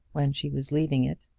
when she was leaving it.